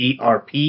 ERP